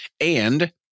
And-